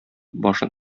башын